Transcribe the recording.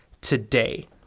today